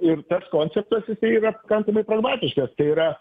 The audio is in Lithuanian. ir tas konseptas jisai yra pakankamai pragmatiškas tai yra